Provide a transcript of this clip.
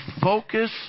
focus